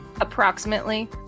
Approximately